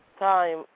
time